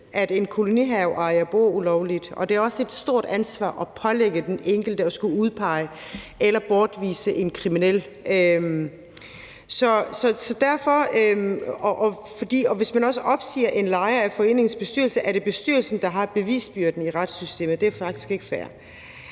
at en kolonihaveejer bor ulovligt. Det er også et stort ansvar at pålægge den enkelte at skulle udpege eller bortvise en kriminel. Hvis man opsiger en lejer i foreningens bestyrelse, er det bestyrelsen, der har bevisbyrden i retssystemet. Det er faktisk ikke fair.